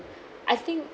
I think